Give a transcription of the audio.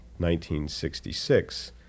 1966